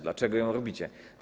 Dlaczego ją robicie?